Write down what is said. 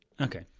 Okay